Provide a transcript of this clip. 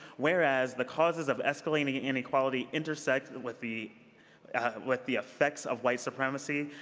whereas the causes of escalating inequality intersect with the with the affects of white supremacy.